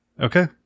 Okay